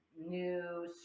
new